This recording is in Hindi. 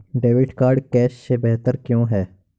डेबिट कार्ड कैश से बेहतर क्यों है?